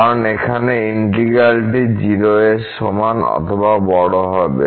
কারণ এখানে ইন্টিগ্র্যালটি 0 এর সমান অথবা বড় হবে